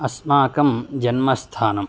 अस्माकं जन्मस्थानं